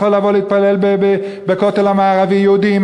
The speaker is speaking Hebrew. יכול לבוא להתפלל בכותל המערבי: יהודים,